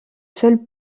seule